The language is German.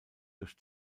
durch